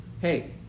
hey